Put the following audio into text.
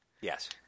Yes